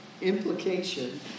implication